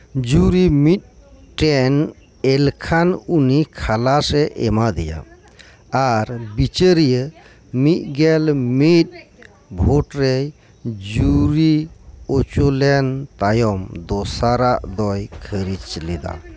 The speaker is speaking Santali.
ᱡᱩᱨᱤ ᱢᱤᱫᱴᱮᱱ ᱮᱞᱠᱷᱟᱱ ᱩᱱᱤ ᱠᱷᱟᱞᱟᱥ ᱮ ᱮᱢᱟ ᱫᱮᱭᱟ ᱟᱨ ᱵᱤᱪᱟᱹᱨᱤᱭᱟᱹ ᱢᱤᱫ ᱜᱮᱞ ᱢᱤᱫ ᱵᱷᱳᱴ ᱨᱮᱭ ᱡᱩᱨᱤ ᱚᱪᱚᱞᱮᱱ ᱛᱟᱭᱚᱢ ᱫᱚᱥᱟᱨᱟᱜ ᱫᱚᱭ ᱠᱷᱟᱨᱤᱡᱽ ᱞᱮᱫᱟ